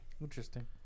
Interesting